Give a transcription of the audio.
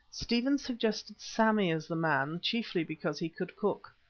stephen suggested sammy as the man, chiefly because he could cook.